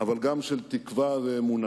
אבל גם של תקווה ואמונה,